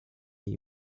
jej